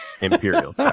Imperial